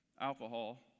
alcohol